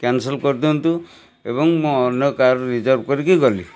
cancel କରିଦିଅନ୍ତୁ ଏବଂ ମୁଁ ଅନ୍ୟ କାର୍ ରିଜର୍ଭ କରିକି ଗଲି